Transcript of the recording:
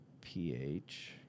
pH